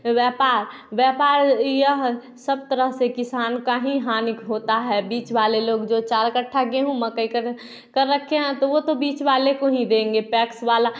व्यापार व्यापार यह सब तरह से किसान का ही हानि होता है बीच वाले लोग जो चार कट्ठा गेहूँ मकई कर कर रखे हैं तो वो तो बीच वाले को ही देंगे पैक्स वाला